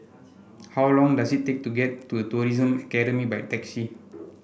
how long does it take to get to The Tourism Academy by taxi